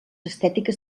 estètiques